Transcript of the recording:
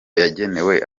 yagenewe